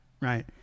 right